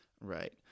Right